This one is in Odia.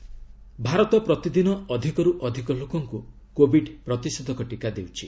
କୋବିଡ ଷ୍ଟାଟସ ଭାରତ ପ୍ରତିଦିନ ଅଧିକରୁ ଅଧିକ ଲୋକଙ୍କୁ କୋବିଡ ପ୍ରତିଷେଧକ ଟିକା ଦେଉଛି